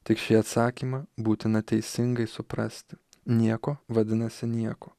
tik šį atsakymą būtina teisingai suprasti nieko vadinasi nieko